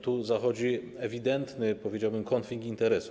Tu zachodzi ewidentny, powiedziałbym, konflikt interesów.